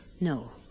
No